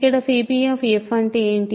ఇప్పుడు p అంటే ఏమిటి